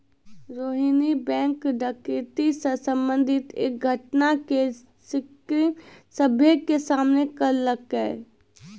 Rohini bank डकैती से संबंधित एक घटना के जिक्र सभ्भे के सामने करलकै